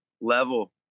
level